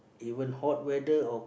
you want hot weather or